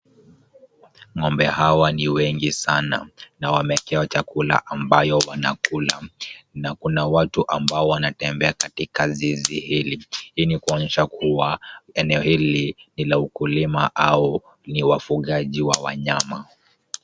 Ng'ombe hawa ni wengi sana na wameekewa chakula ambayo wanakula na kuna watu ambao wanatembea katika zizi hili hii ni kuonyesha kuwa eneo hili ni la ukulima au ni wafugaji wa wanyama.